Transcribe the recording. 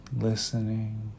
listening